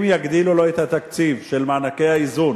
אם יגדילו לו את התקציב של מענקי האיזון,